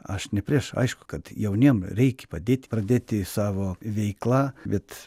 aš ne prieš aišku kad jaunie reikia padėti pradėti savo veikla bet